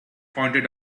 pointed